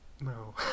no